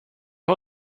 har